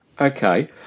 Okay